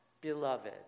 beloved